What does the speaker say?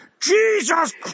Jesus